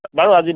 বাৰু আজি